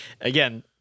again